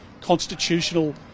constitutional